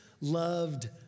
loved